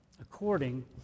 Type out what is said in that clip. according